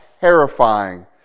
terrifying